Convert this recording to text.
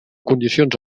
condicions